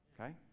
okay